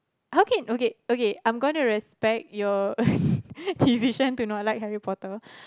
how can okay okay I am gonna respect your decision to not like Harry-Potter